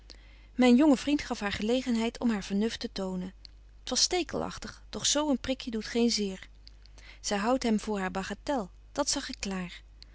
myn jonge vriend gaf haar gelegenheid om haar vernuft te tonen t was stekelachtig doch zo een prikje doet geen zeer zy houdt hem voor haar bagatelle dat zag ik klaar